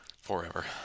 Forever